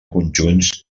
conjunts